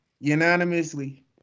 unanimously